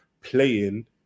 playing